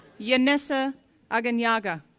yaneza aguinaga,